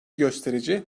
gösterici